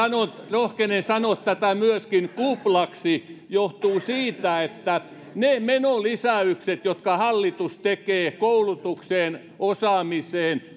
rohkenen sanoa tätä myöskin kuplaksi johtuu siitä että ne menolisäykset jotka hallitus tekee koulutukseen osaamiseen